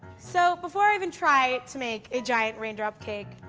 so before i even try to make a giant rain drop cake,